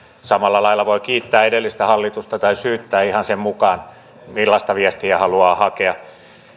samalla lailla voi kiittää edellistä hallitusta tai syyttää ihan sen mukaan millaista viestiä haluaa hakea